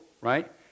right